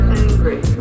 angry